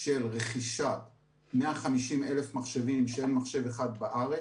של רכישת 150,000 מחשבים, שאין מחשב אחד בארץ.